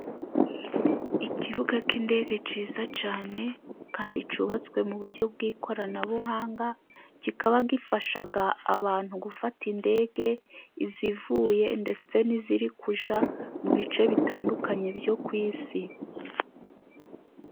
Ikibuga cy'indege cyiza cyane kandi cyubatswe mu buryo bw'ikoranabuhanga, kikaba gifasha abantu gufata indege, izivuye ndetse n'izirija mu bice bitandukanye byo ku isi.